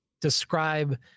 describe